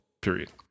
period